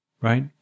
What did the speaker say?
right